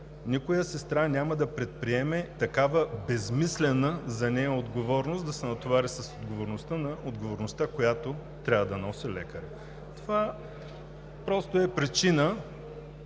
никоя сестра няма да предприеме такава безсмислена за нея отговорност – да се натовари с отговорността, която трябва да носи лекарят. Това просто е причина